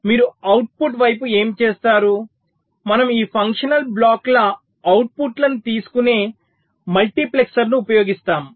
మీరు అవుట్పుట్ వైపు ఏమి చేస్తారు మనము ఈ ఫంక్షనల్ బ్లాకుల అవుట్పుట్లను తీసుకునే మల్టీప్లెక్సర్ను ఉపయోగిస్తాము